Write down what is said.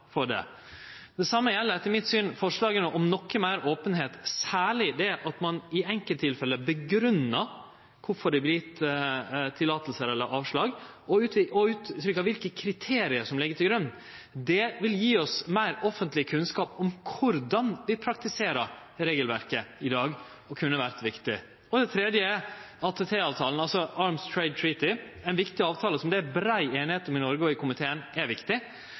for det. Det same gjeld, etter mitt syn, forslaga om noko meir openheit, særleg det at ein i enkelttilfelle grunngjev kvifor det vert gjeve godkjenning eller avslag, og at ein uttrykkjer kva for kriterium som ligg til grunn. Det vil gje oss meir offentleg kunnskap om korleis vi praktiserer regelverket i dag, og det kunne ha vore viktig. Og det siste: ATT-avtalen, Arms Trade Treaty, ein avtale som det er brei einigheit om i Noreg og i komiteen, er viktig,